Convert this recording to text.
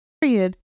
period